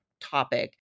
topic